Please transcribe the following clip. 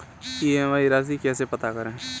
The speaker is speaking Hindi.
ई.एम.आई राशि कैसे पता करें?